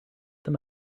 them